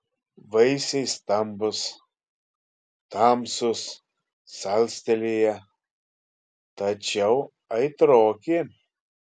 vaisiai stambūs tamsūs salstelėję tačiau aitroki